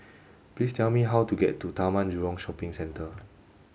please tell me how to get to Taman Jurong Shopping Centre